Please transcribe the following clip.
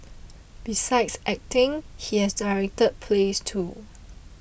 besides acting he has directed plays too